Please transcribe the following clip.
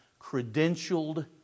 credentialed